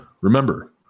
remember